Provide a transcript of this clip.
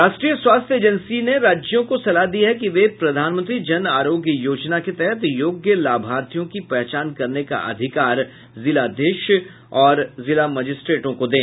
राष्ट्रीय स्वास्थ्य एजेंसी ने राज्यों को सलाह दी है कि वे प्रधानमंत्री जन आरोग्य योजना के तहत योग्य लाभार्थियों की पहचान करने का अधिकार जिलाधीश और जिला मजिस्ट्रेटों को दें